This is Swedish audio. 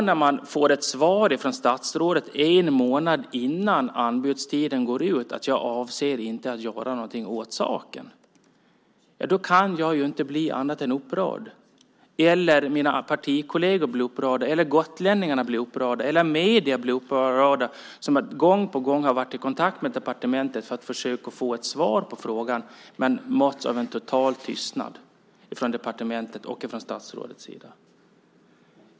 När man då en månad innan anbudstiden går ut får ett svar från statsrådet som går ut på att hon inte avser att göra något åt saken, då kan jag, mina partikolleger, gotlänningarna och medierna inte bli annat än upprörda. Man har gång på gång varit i kontakt med departementet för att försöka få ett svar på frågan, men detta har mötts av en total tystnad från departementet och statsrådet.